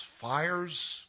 fires